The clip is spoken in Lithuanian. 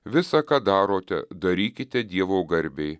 visa ką darote darykite dievo garbei